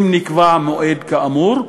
אם נקבע מועד כאמור,